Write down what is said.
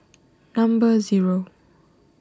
number zero